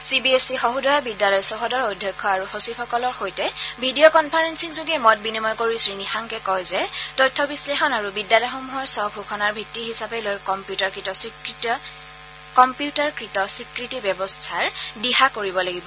C B S E Sahodaya বিদ্যালয় চৌহদৰ অধ্যক্ষ আৰু সচিবসকলৰ সৈতে ভিডিঅ' কনফাৰেলিংযোগে মত বিনিময় কৰি শ্ৰীনিশাংকে কয় যে তথ্য বিশ্লেষণ আৰু বিদ্যালয়সমূহৰ স্ব ঘোষণাৰ ভিত্তি হিচাপে লৈ কম্পিউটাৰকৃত স্বীকৃতি ব্যৱস্থাৰ দিহা কৰিব লাগিব